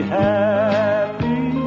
happy